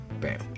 Bam